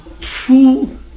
true